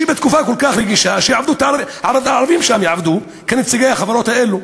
שבתקופה כל כך רגישה ערבים יעבדו שם כנציגי החברות האלה.